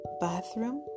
bathroom